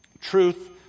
truth